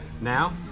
Now